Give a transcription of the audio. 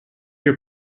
your